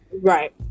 Right